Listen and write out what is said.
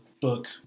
book